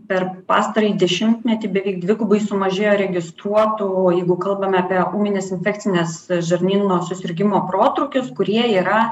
per pastarąjį dešimtmetį beveik dvigubai sumažėjo registruotų o jeigu kalbame apie ūminės infekcinės žarnyno susirgimų protrūkius kurie yra